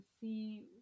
see